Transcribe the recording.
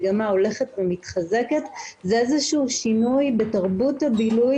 מגמה הולכת ומתחזקת זה איזשהו שינוי בתרבות הבילוי